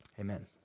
amen